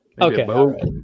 Okay